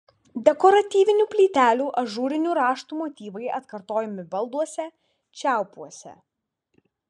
dekoratyvinių plytelių ažūrinių raštų motyvai atkartojami balduose čiaupuose